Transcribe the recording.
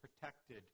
protected